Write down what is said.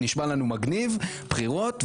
נשמע לנו מגניב בחירות,